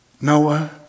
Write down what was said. Noah